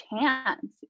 chance